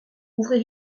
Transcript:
ouvrez